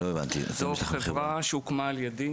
זו חברה שהוקמה על ידי.